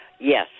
Yes